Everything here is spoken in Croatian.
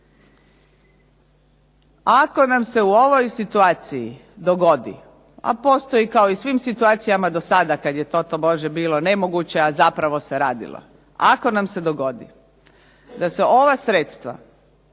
Ako nam se u ovoj situaciji dogodi a postoji kao i u svim situacijama do sada kad je to tobože bilo nemoguće a zapravo se radilo. Ako nam se dogodi da se ova sredstva